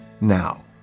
now